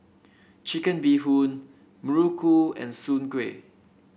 Chicken Bee Hoon muruku and Soon Kuih